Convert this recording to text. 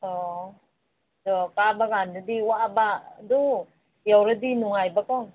ꯑꯣ ꯑꯗꯣ ꯀꯥꯕ ꯀꯥꯟꯗꯗꯤ ꯋꯥꯕ ꯑꯗꯨ ꯌꯧꯔꯗꯤ ꯅꯨꯡꯉꯥꯏꯕꯀꯣ